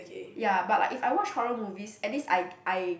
ya but like if I watch horror movies at least I I